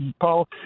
Paul